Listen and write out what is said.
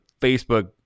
Facebook